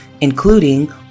including